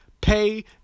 pay